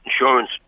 insurance